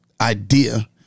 Idea